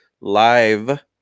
live